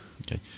Okay